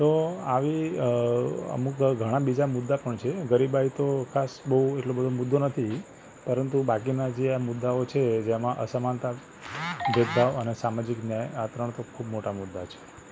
તો આવી અમુક ઘણાં બીજા મુદ્દા પણ છે ગરીબાઇ તો ખાસ બહુ એટલો બધો મુદ્દો નથી પરંતુ બાકીનાં જે આ મુદ્દાઓ છે જેમાં અસમાનતા ભેદભાવ અને સામાજિક ન્યાય આ ત્રણ તો ખૂબ મોટાં મુદ્દા છે